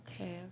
Okay